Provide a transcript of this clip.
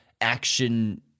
action